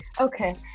okay